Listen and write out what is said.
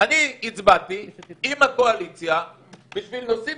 אני הצבעתי עם הקואליציה בשביל נושאים